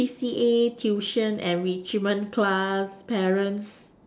C_C_A tuition enrichment class parents